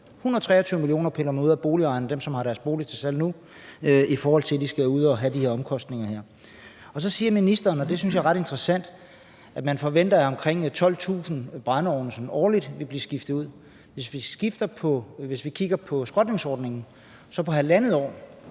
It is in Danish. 123 mio. kr. tager man fra boligejerne, altså dem, der har deres bolig til salg nu, for de skal ud og have de her omkostninger. Så siger ministeren – og det synes jeg er ret interessant – at man forventer, at omkring 12.000 brændeovne årligt vil blive skiftet ud. Hvis vi kigger på skrotningsordningen, kan vi se,